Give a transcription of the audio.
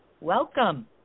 Welcome